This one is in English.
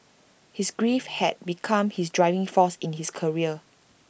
his grief had become his driving force in his career